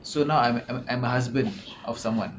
so now I'm I'm a husband of someone